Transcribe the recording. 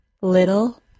little